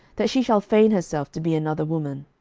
that she shall feign herself to be another woman.